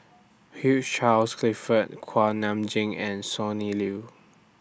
Hugh Charles Clifford Kuak Nam Jin and Sonny Liew